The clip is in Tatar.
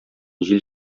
җил